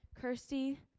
Kirsty